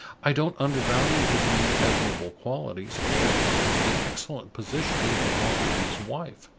i don't undervalue his many admirable qualities, or the excellent position he can offer to his wife.